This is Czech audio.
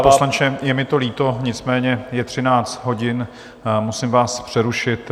Pane poslanče, je mi to líto, nicméně je 13 hodin a musím vás přerušit.